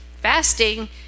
fasting